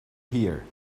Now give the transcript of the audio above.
here